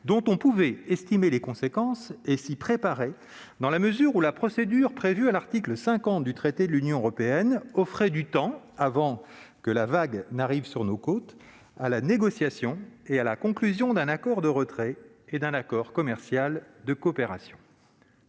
dont on pouvait estimer les conséquences et s'y préparer : en effet, la procédure prévue à l'article 50 du traité sur l'Union européenne offrait du temps, avant que la vague n'arrive sur nos côtes, pour négocier et conclure un accord de retrait ainsi qu'un accord commercial et de coopération.